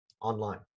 online